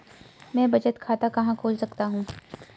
मैं बचत खाता कहां खोल सकता हूँ?